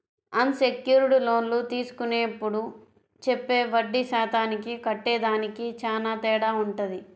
అన్ secured లోన్లు తీసుకునేప్పుడు చెప్పే వడ్డీ శాతానికి కట్టేదానికి చానా తేడా వుంటది